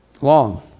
long